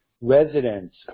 residents